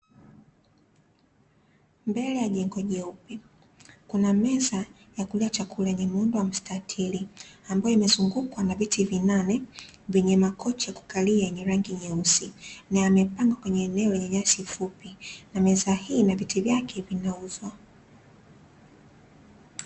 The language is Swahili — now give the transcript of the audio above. Mbele ya jengo jeupe kuna meza ya kulia chakula yenye muundo wa mstatili, ambayo imezungukwa na viti vinane vyenye makochi ya kukalia yenye rangi nyeusi, na yamepangwa kwenye eneo lenye nyasi fupi na meza hii na viti vyake vinauzwa.